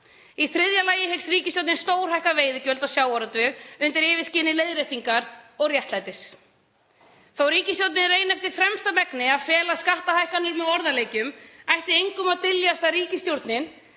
Í þriðja lagi hyggst ríkisstjórnin stórhækka veiðigjöld á sjávarútveg undir yfirskini leiðréttingar og réttlætis. Þó að ríkisstjórnin reyni eftir fremsta megni að fela skattahækkanir með orðaleikjum ætti engum að dyljast að ríkisstjórnin